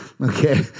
Okay